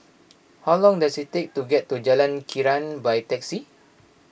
how long does it take to get to Jalan Krian by taxi